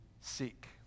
seek